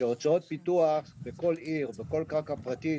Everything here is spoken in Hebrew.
הוצאות פיתוח בכל עיר ובכל קרקע פרטית,